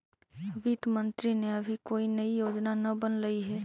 वित्त मंत्रित्व ने अभी कोई नई योजना न बनलई हे